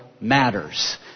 matters